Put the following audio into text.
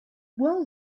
well